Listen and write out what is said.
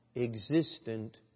existent